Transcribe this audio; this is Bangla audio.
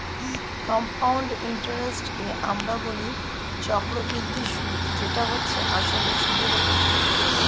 কম্পাউন্ড ইন্টারেস্টকে আমরা বলি চক্রবৃদ্ধি সুদ যেটা হচ্ছে আসলে সুদের উপর সুদ